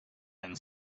and